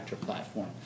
platform